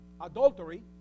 adultery